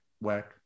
work